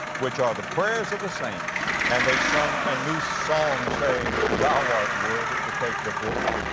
which are the prayers of the saints. and they sung a new song, saying, thou art worthy to take the book,